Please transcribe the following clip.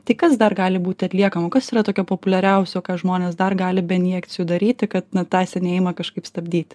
tai kas dar gali būti atliekama kas yra tokia populiariausio ką žmonės dar gali be injekcijų daryti kad na tą senėjimą kažkaip stabdyt